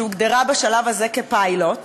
שהוגדרה בשלב הזה כפיילוט,